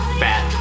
fat